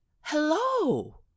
hello